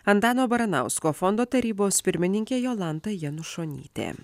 antano baranausko fondo tarybos pirmininkė jolanta janušonytė